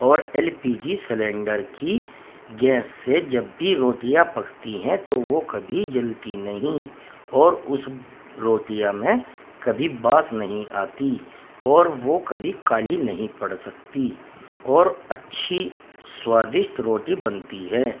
اور L P G cylinder کی گیس سے جب بھی روٹیاں پکتی ہیں تو وہ کبھی جلتی نہیں اور اس روٹیاں میں کبھی باس نہیں آتی اور وہ کبھی کالی نہیں پڑ سکتی اور اچھی سوادشٹ روٹی بنتی ہے